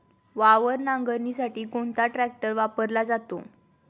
वावर नांगरणीसाठी कोणता ट्रॅक्टर वापरला जातो?